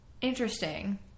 Interesting